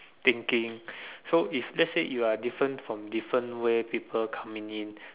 thinking so if let's say you are different from different way people coming in